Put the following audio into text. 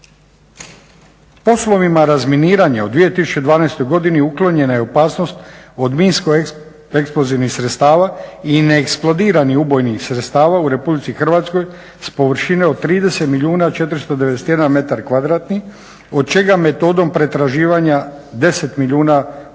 Poslovima razminiranja u 2012. godini uklonjena je opasnost od minsko-eksplozivnih sredstava i neeksplodirani ubojnih sredstava u Republici Hrvatskoj s površine od 30 milijuna 491 m2 od čega metodom pretraživanja 10 milijuna 59 395 m2, a